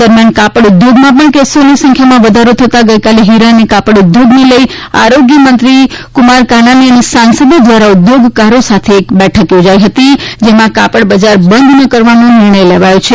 દરમિયાન કાપડ ઉદ્યોગમાં પણ કેસનો વધારો થતા ગઇકાલે હિરા અને કાપડ ઉદ્યોગને લઈને આરોગ્યમંત્રી કુમાર કાનાણી અને સાંસદો દ્વારા ઉદ્યોગકારો સાથે બેઠક યોજાઈ હતી જેમાં કાપડ બજાર બંધ ન કરવાનો નિર્ણય લેવાયો છે